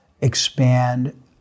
expand